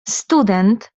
student